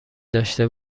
داشته